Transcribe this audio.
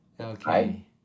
Okay